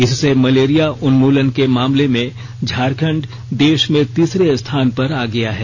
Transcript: इससे मलेरिया उन्मूलन के मामले में झारखंड देश में तीसरे स्थान पर आ गया है